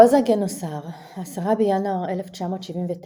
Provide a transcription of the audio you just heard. רוזה גינוסר – 10 בינואר 1979,